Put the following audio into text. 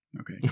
Okay